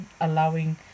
allowing